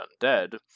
undead